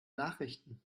nachrichten